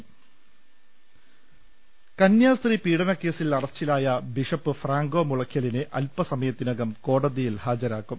ൾ ൽ ൾ കന്യാസ്ത്രീ പീഡനകേസിൽ അറസ്റ്റിലായ ബിഷപ്പ് ഫ്രാങ്കോ മുളയ്ക്കലിനെ അല്പസമയത്തിനകം കോടതിയിൽ ഹാജരാക്കും